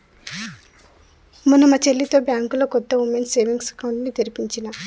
మొన్న మా చెల్లితో బ్యాంకులో కొత్త వుమెన్స్ సేవింగ్స్ అకౌంట్ ని తెరిపించినా